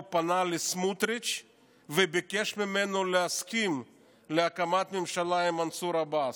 פנה לסמוטריץ' וביקש ממנו להסכים להקמת ממשלה עם מנסור עבאס.